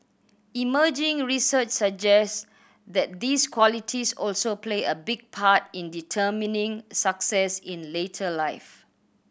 emerging research suggests that these qualities also play a big part in determining success in later life